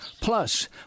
Plus